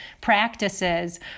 practices